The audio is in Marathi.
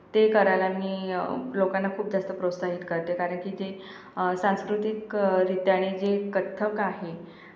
ते करायला मी लोकांना खूप जास्त प्रोत्साहित करते कारण की ते सांस्कृतिकरीत्या आणि जे कथ्थक आहे